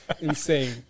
Insane